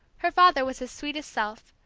her father was his sweetest self,